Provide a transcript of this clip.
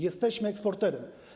Jesteśmy eksporterem.